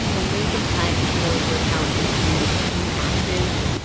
the length of time before your account is deemed inactive,